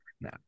No